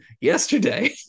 yesterday